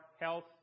health